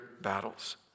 battles